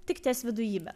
tik ties vidujybe